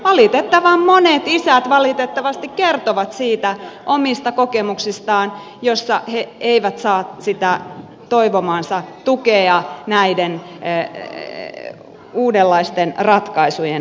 valitettavan monet isät valitettavasti kertovat omista kokemuksistaan joissa he eivät saa sitä toivomaansa tukea näiden uudenlaisten ratkaisujen tueksi